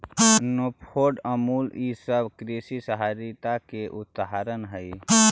नेफेड, अमूल ई सब कृषि सहकारिता के उदाहरण हई